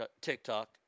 TikTok